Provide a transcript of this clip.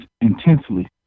intensely